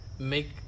make